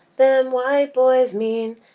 them white boys mean,